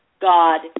God